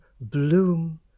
Bloom